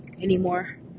anymore